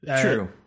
true